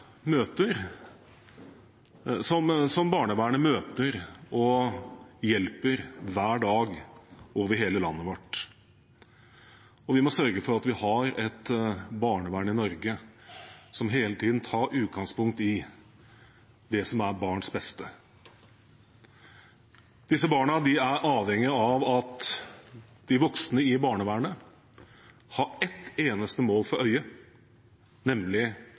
møter og hjelper hver dag over hele landet vårt. Vi må sørge for at vi har et barnevern i Norge som hele tiden tar utgangspunkt i det som er barns beste. Disse barna er avhengige av at de voksne i barnevernet har ett eneste mål for øyet, nemlig